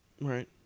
Right